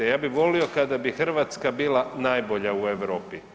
Ja bi volio kada bi Hrvatska bila najbolja u Europi.